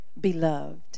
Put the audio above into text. beloved